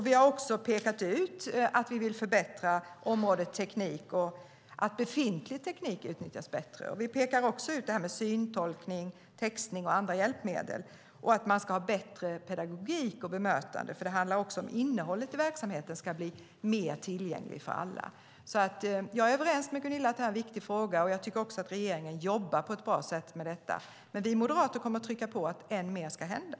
Vi har också pekat ut att vi vill förbättra området teknik och att befintlig teknik ska utnyttjas bättre. Vi pekar också ut syntolkning, textning och andra hjälpmedel samt att man ska ha bättre pedagogik och bemötande. Det handlar nämligen också om att innehållet i verksamheten ska bli mer tillgängligt för alla. Jag är alltså överens med Gunilla om att detta är en viktig fråga, och jag tycker att regeringen jobbar på ett bra sätt med detta. Vi moderater kommer dock att trycka på för att än mer ska hända.